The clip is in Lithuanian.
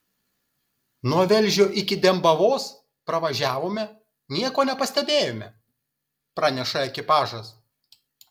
nuo velžio iki dembavos pravažiavome nieko nepastebėjome praneša ekipažas